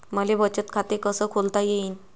मले बचत खाते कसं खोलता येईन?